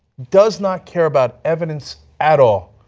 does not care about evidence at all.